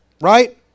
right